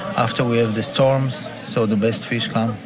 after we have the storms. so the best fish come.